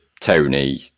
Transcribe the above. Tony